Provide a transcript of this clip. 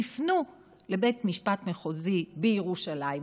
תפנו לבית משפט מחוזי בירושלים,